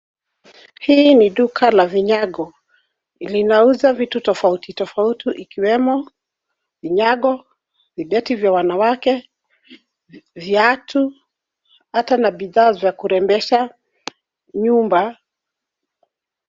Hii ni duka la vinyango, linauza vitu tofauti tofauti ikiwemo vinyango, vibeti vya wanawake, viatu ata na bidhaa za kurembesha nyumba.